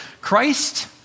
Christ